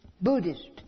Buddhist